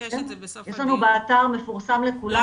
יש לנו באתר מפורסם לכולם.